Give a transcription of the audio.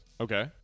okay